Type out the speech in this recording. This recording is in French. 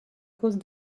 cause